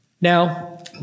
Now